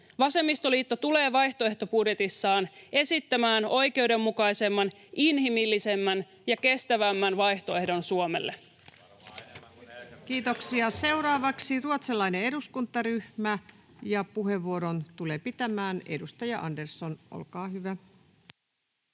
Vasemmistoliitto tulee vaihtoehtobudjetissaan esittämään oikeudenmukaisemman, inhimillisemmän ja kestävämmän vaihtoehdon Suomelle. Kiitoksia. — Seuraavaksi ruotsalainen eduskuntaryhmä. Puheenvuoron tulee pitämään edustaja Andersson. — Olkaa hyvä.